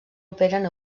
operen